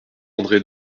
andré